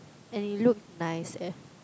and it looked nice eh